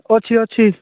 ଅଛି ଅଛି